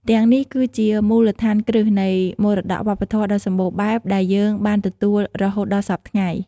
ទាំងនេះគឺជាមូលដ្ឋានគ្រឹះនៃមរតកវប្បធម៌ដ៏សម្បូរបែបដែលយើងបានទទួលរហូតដល់សព្វថ្ងៃ។